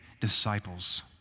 disciples